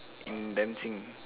in dancing